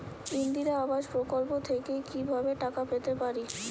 ইন্দিরা আবাস প্রকল্প থেকে কি ভাবে টাকা পেতে পারি?